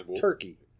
Turkey